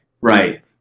Right